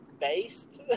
based